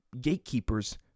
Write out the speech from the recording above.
gatekeepers